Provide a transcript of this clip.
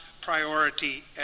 priority